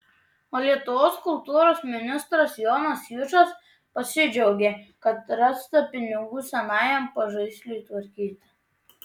o lietuvos kultūros ministras jonas jučas pasidžiaugė kad rasta pinigų senajam pažaisliui tvarkyti